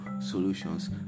solutions